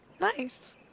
nice